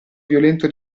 violento